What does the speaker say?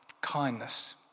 Kindness